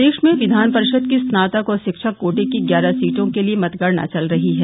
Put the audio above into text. प्रदेश में विधान परिषद की स्नातक और शिक्षक कोटे की ग्यारह सीटों के लिए मतगणना चल रही है